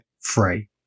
free